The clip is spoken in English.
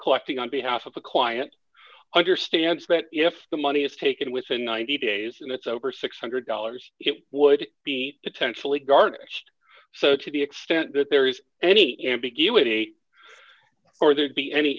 collecting on behalf of the client understands that if the money is taken within ninety dollars days and it's over six hundred dollars it would be potentially garnished so to the extent that there is any ambiguity or there'd be any